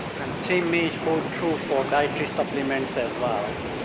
and same may hold true for dietary supplements as well.